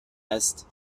است